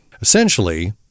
Essentially